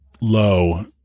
low